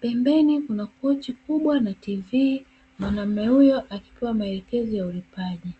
pembeni kuna kochi kubwa na "TV"; mwanaume huyo akipewa maelekezo ya ulipaji.